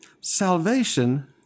salvation